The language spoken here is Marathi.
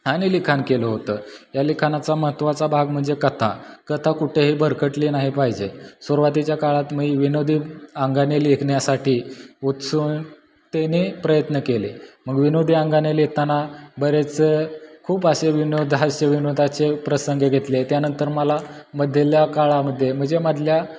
आणि लिखाण केलं होतं या लिखाणाचा महत्वाचा भाग म्हणजे कथा कथा कुठेही भरकटली नाही पाहिजे सुरवातीच्या काळात मी विनोदी अंगाने लिखण्यासाठी उत्सुकतेने प्रयत्न केले मग विनोदी अंगाने लिहिताना बरेच खूप असे विनोद हास्यविनोदाचे प्रसंग घेतले त्यानंतर मला मधीलल्या काळामध्ये म्हणजे मधल्या